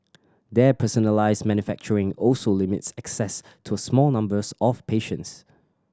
their personalised manufacturing also limits access to a small numbers of patients